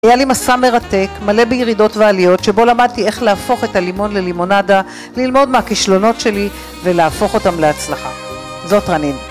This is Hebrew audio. היה לי מסע מרתק, מלא בירידות ועליות, שבו למדתי איך להפוך את הלימון ללימונדה, ללמוד מהכישלונות שלי, ולהפוך אותם להצלחה. זאת רנין.